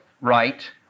right